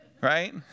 right